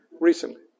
Recently